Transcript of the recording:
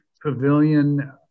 pavilion